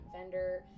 vendor